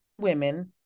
women